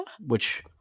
which-